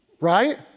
right